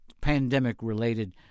pandemic-related